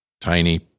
tiny